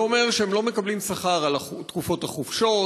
זה אומר שהם לא מקבלים שכר על תקופות החופשות,